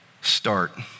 Start